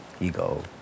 ego